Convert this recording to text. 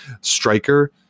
striker